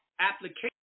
Application